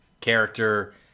character